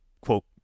quote